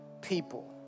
people